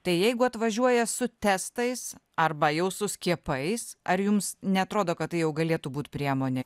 tai jeigu atvažiuoja su testais arba jau su skiepais ar jums neatrodo kad tai jau galėtų būt priemonė